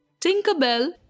Tinkerbell